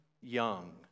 Young